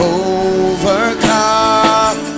overcome